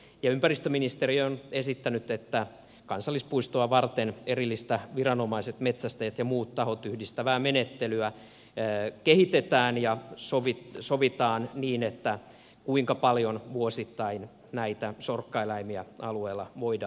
ja ympäristöministeriö on esittänyt että kansallispuistoa varten erillistä viranomaiset metsästäjät ja muut tahot yhdistävää menettelyä kehitetään ja sovitaan kuinka paljon vuosittain näitä sorkkaeläimiä alueella voidaan metsästää